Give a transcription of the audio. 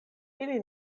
ili